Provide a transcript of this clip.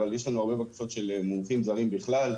אבל יש לנו הרבה בקשות של מומחים זרים בכלל,